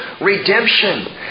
redemption